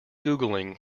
googling